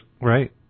Right